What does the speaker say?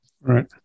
Right